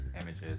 images